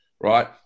right